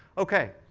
ok.